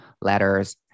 letters